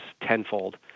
tenfold